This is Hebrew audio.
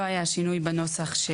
לא היה שינוי בנוסח.